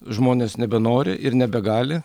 žmonės nebenori ir nebegali